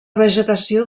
vegetació